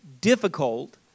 difficult